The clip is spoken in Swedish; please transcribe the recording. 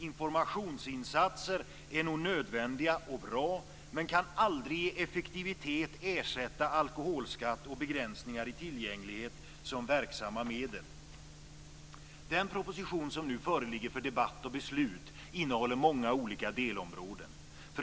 Informationsinsatser är nog nödvändiga och bra men kan aldrig i effektivitet ersätta alkoholskatt och begränsningar i tillgänglighet som verksamma medel. Den proposition som nu föreligger för debatt och beslut innehåller många olika delområden.